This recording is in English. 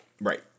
Right